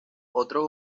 otro